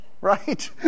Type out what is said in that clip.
right